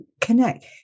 connect